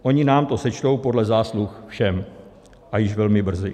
Oni nám to sečtou podle zásluh všem a již velmi brzy.